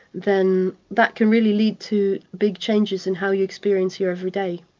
then that can really lead to big changes in how you experience your everyday.